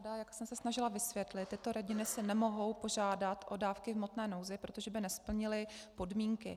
Jak jsem se snažila vysvětlit, tyto rodiny si nemohou požádat o dávky v hmotné nouzi, protože by nesplnily podmínky.